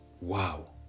Wow